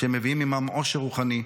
כשהם מביאים עימם אושר רוחני,